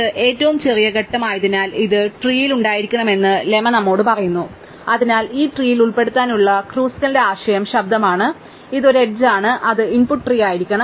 ഇത് ഏറ്റവും ചെറിയ ഘട്ടമായതിനാൽ ഇത് ട്രീൽ ഉണ്ടായിരിക്കണമെന്ന് ലെമ്മ നമ്മോട് പറയുന്നു അതിനാൽ ഈ ട്രീൽ ഉൾപ്പെടുത്താനുള്ള ക്രുസ്കലിന്റെ ആശയം ശബ്ദമാണ് ഇത് ഒരു എഡ്ജ് ആണ് അത് ഇൻപുട്ട് ട്രീ ആയിരിക്കണം